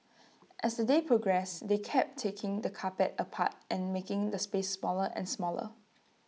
as the day progressed they kept taking the carpet apart and making the space smaller and smaller